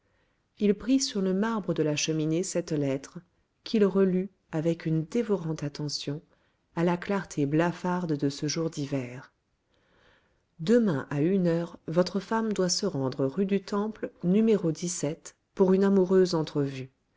il prit sur le marbre de la cheminée cette lettre qu'il relut avec une dévorante attention à la clarté blafarde de ce jour d'hiver demain à une heure votre femme doit se rendre rue du temple n pour une amoureuse entrevue